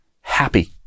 happy